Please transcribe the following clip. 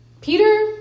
Peter